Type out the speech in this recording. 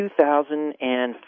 2005